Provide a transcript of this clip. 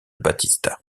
batista